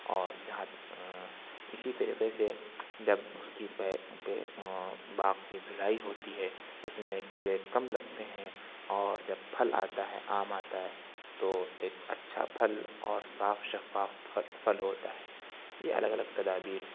اور جہاں تک اِسی طریقے سے جب اُس کی باغ کی دھلائی ہوتی ہے اُس میں کیڑے کم لگتے ہیں اور جب پھل آتا ہے آم آتا ہے تو ایک اچھا پھل اور صاف شفاف پھل پھل ہوتا ہے یہ الگ الگ تدابیر